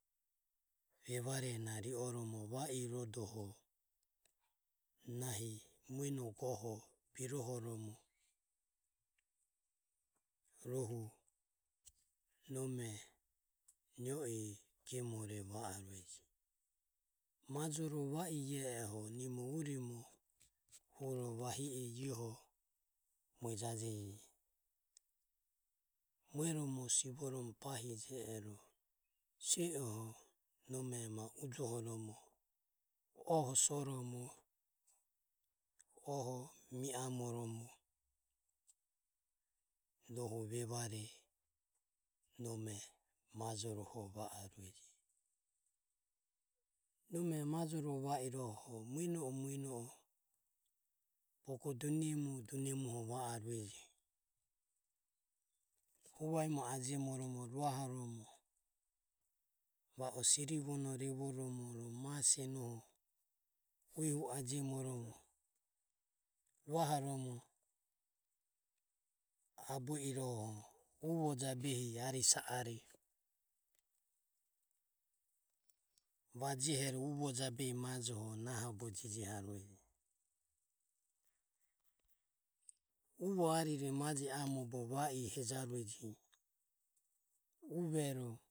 Evare na rioromo va irodoho nahi mueno goho birohoromo rohu nome nio i gemore va arueje majoro va i e e oho nimo urimo vahi e ioho mue jajege mueromo sivoromo bahi je ero sue oho nome ma ujohoromo oho soromo oho mi amoromo rohu vevare nome majoroho va arueje nome majoro va iroho mueno o mueno bogo dunemu dunemu va arueje huvaemo ajemoromo ruahoromo va o sirivo no abueromo masenoho ro uehu ajemoromo ruahoromo abue iroho uvo jabehi ari sa are vajehero uvo jabehi majoho nahobo jijihaureje uvo ari re maje amobo va i hejaureje uvero.